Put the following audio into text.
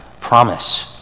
promise